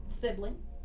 sibling